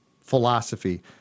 philosophy